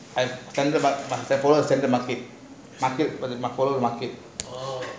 I tell you ah go market must follow go market